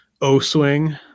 O-swing